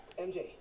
MJ